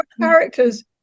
characters